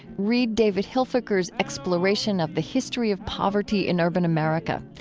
read david hilfiker's exploration of the history of poverty in urban america.